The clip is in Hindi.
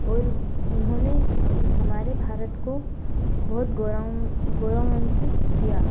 और उन्होंने अपने हमारे भारत को बहोत गौरवान गौरवान्वित किया